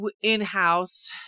in-house